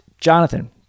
jonathan